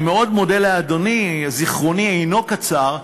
אני מאוד מודה לאדוני, זיכרוני אינו קצר,